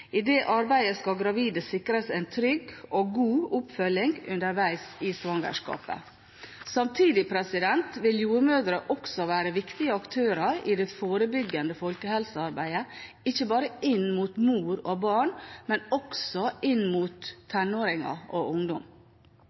I det arbeidet skal gravide sikres en trygg og god oppfølging underveis i svangerskapet. Samtidig vil jordmødre være viktige aktører i det forebyggende folkehelsearbeidet – ikke bare inn mot mor og barn, men også inn mot tenåringer og ungdom.